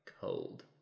cold